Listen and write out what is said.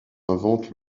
invente